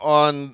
on